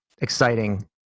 exciting